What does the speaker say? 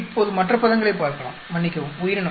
இப்போது மற்ற பதங்களைப் பார்க்கலாம் மன்னிக்கவும் உயிரினம்